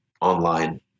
online